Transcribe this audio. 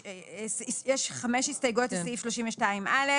יש חמש הסתייגויות לסעיף 32(א).